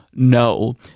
No